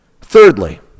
Thirdly